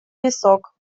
висок